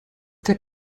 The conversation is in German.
der